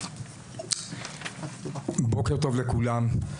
בוקר טוב לכולם.